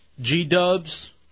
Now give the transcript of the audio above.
G-Dubs